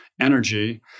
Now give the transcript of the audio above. energy